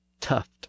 tuft